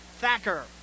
Thacker